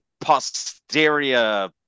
posterior